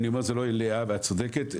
זה לא עליה ואת צודקת.